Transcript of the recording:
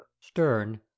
Stern